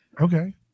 Okay